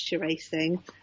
racing